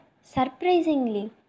surprisingly